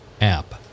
app